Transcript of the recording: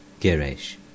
Girish